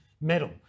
metal